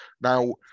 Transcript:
Now